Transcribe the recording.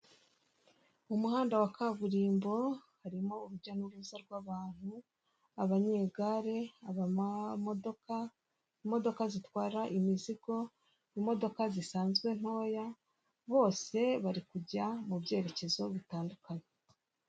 Mu muhanda wa kaburimbo harimo urujya n'uruza rw'abantu abanyegare abamamodoka, imodoka zitwara imizigo, imodoka zisanzwe ntoya bose bari kujya mu byerekezo bitandukanye.